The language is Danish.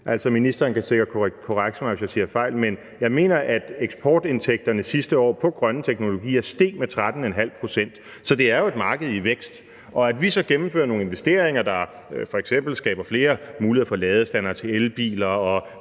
det. Ministeren kan sikkert korrekse mig, hvis jeg tager fejl, men jeg mener, at eksportindtægterne sidste år på grønne teknologier steg med 13½ pct. Så det er jo et marked i vækst. Og at vi så gennemfører nogle investeringer, der f.eks. skaber flere muligheder for ladestandere til elbiler,